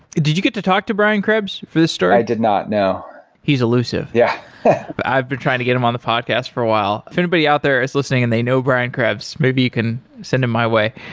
did you get to talk to brian krebs for the story? i did not. no he's elusive yeah i've been trying to get him on the podcast for a while. if anybody out there is listening and they know brian krebs, maybe you can send him my way.